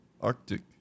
Arctic